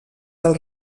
del